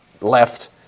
left